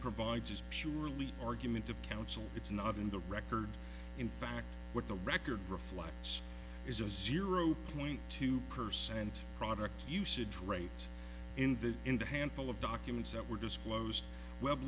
provides is surely argument of counsel it's not in the record in fact what the record reflects is a zero point two percent product usage rate in the in the handful of documents that were disclosed web